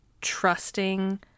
trusting